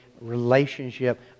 relationship